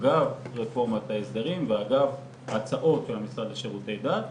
אגב רפורמת ההסדרים ואגב ההצעות של המשרד לשירותי דת,